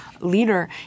leader